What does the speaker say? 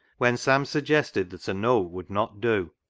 when sam suggested that a note would not do,